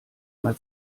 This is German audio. mal